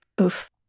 Oof